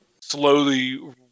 slowly